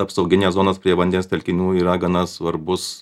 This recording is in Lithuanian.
apsauginės zonos prie vandens telkinių yra gana svarbus